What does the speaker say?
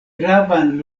gravan